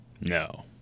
No